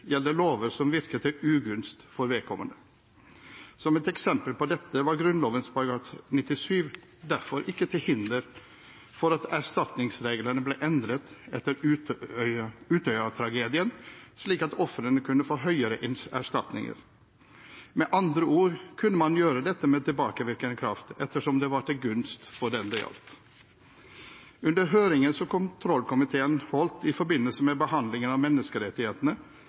gjelder lover som virker til ugunst for vedkommende. Som et eksempel på dette var Grunnloven § 97 derfor ikke til hinder for at erstatningsreglene ble endret etter Utøya-tragedien, slik at ofrene kunne få høyere erstatninger. Med andre ord kunne man gjøre dette med tilbakevirkende kraft, ettersom det var til gunst for dem det gjaldt. Under høringen som kontrollkomiteen holdt i forbindelse med behandlingen av menneskerettighetene,